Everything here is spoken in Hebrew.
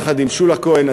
יחד עם שולה כהן,